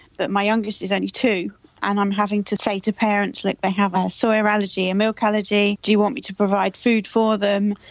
but my youngest is only two and i'm having to say to parents, look they have a soya allergy, a milk allergy, do you want me to provide food for them.